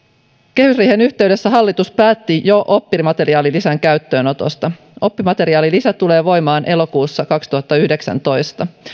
kehysriihen yhteydessä hallitus päätti jo oppimateriaalilisän käyttöönotosta oppimateriaalilisä tulee voimaan elokuussa kaksituhattayhdeksäntoista